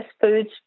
foods